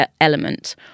element